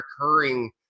recurring